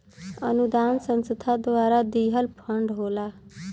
अनुदान संस्था द्वारा दिहल फण्ड होला